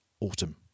autumn